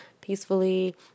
peacefully